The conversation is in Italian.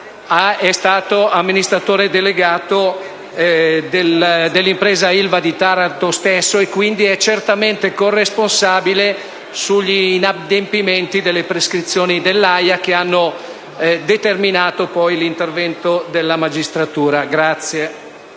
di amministratore delegato della stessa e quindi è certamente corresponsabile degli inadempimenti delle prescrizioni dell'AIA che hanno determinato poi l'intervento della magistratura.